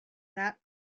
that